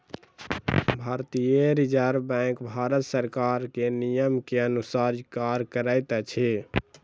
भारतीय reserve bank Bharat सरकार के नियम के अनुसार कार्य करैत अछि